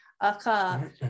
Aka